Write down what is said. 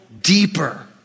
deeper